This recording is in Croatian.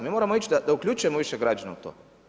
Mi moramo ići da uključujemo više građana u to.